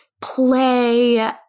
play